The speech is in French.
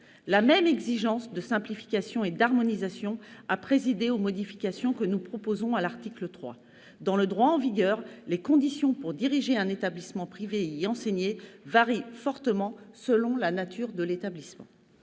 La même exigence de simplification et d'harmonisation a présidé aux modifications que nous proposons à l'article 3. Dans le droit en vigueur, les conditions pour diriger un établissement privé et y enseigner varient fortement selon la nature de l'établissement.